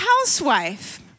housewife